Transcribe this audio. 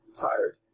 tired